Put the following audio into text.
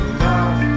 love